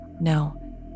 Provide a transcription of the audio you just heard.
No